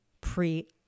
pre